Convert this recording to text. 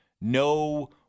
no